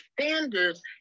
standards